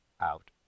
out